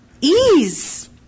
Ease